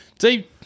See